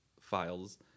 files